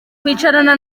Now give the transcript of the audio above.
kwicarana